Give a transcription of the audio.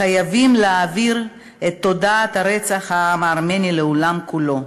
חייבים להעביר את תודעת רצח העם הארמני לעולם כולו.